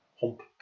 hump